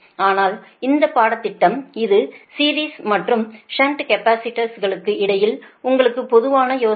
ஆனால் இந்த பாடத்திட்டம் இது சீரிஸ் மற்றும் ஷன்ட் கேபஸிடர்ஸ்களுக்கு இடையில் உங்களுக்கு பொதுவான யோசனை